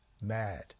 mad